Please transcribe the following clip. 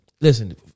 listen